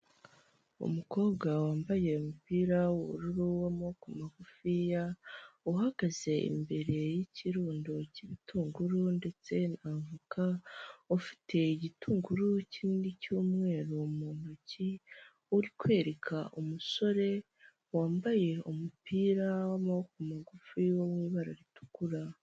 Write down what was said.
Umukobwa wambaye umupira w'ubururu w'amaboko magufiya, uhagaze imbere y'ikirundo cy'ibitunguru ndetse na avoka, ufite igitunguru kinini cy'umweru mu ntoki, uri kwereka umusore wambaye umupira w'amaboko magufi wo mu ibara ritukura.